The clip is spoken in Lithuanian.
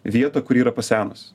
vietą kuri yra pasenus